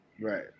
right